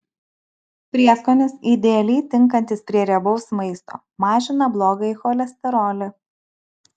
prieskonis idealiai tinkantis prie riebaus maisto mažina blogąjį cholesterolį